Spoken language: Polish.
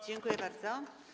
Dziękuję bardzo.